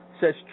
Says